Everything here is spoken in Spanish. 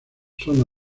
son